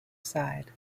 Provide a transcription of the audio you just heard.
side